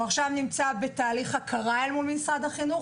שנמצא בתהליך של הכרה במשרד החינוך,